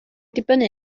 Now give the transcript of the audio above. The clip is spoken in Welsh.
dibynnu